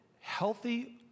healthy